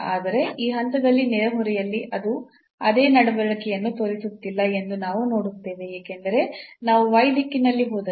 ಆದರೆ ಈ ಹಂತದಲ್ಲಿ ನೆರೆಹೊರೆಯಲ್ಲಿ ಅದು ಅದೇ ನಡವಳಿಕೆಯನ್ನು ತೋರಿಸುತ್ತಿಲ್ಲ ಎಂದು ನಾವು ನೋಡುತ್ತೇವೆ ಏಕೆಂದರೆ ನಾವು ದಿಕ್ಕಿನಲ್ಲಿ ಹೋದರೆ